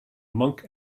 monk